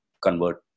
convert